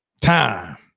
Time